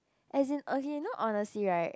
as in okay you know honestly right